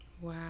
Wow